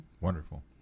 wonderful